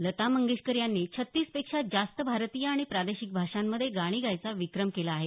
लता मंगेशकर यांनी छत्तीसपेक्षा जास्त भारतीय आणि प्रादेशिक भाषांमध्ये गाणी गायचा विक्रम केला आहे